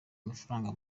amafaranga